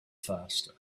faster